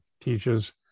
teaches